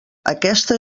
aquesta